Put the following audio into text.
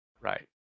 Right